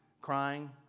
crying